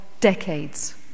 decades